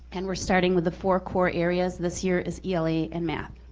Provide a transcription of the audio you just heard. and we're starting with the four core areas. this year is ela and math.